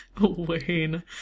Wayne